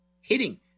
hitting